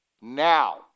Now